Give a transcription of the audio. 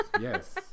Yes